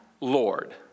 Lord